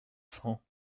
cents